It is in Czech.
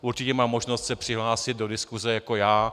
Určitě má možnost se přihlásit do diskuse jako já.